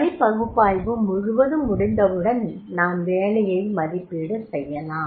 பணிப் பகுப்பாய்வு முழுவதும் முடிந்தவுடன் நாம்வேலையை மதிப்பீடு செய்யலாம்